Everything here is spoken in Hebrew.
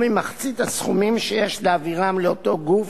או ממחצית הסכומים שיש להעבירם לאותו גוף,